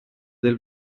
del